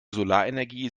solarenergie